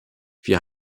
wir